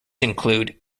include